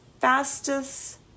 fastest